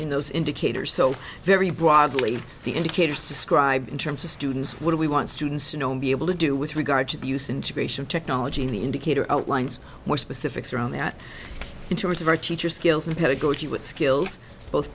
in those indicators so very broadly the indicators describe in terms of students what do we want students to know and be able to do with regard to the use integration of technology and the indicator outlines more specifics around that in terms of our teacher skills and pedagogy what skills both